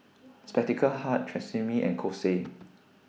Spectacle Hut Tresemme and Kose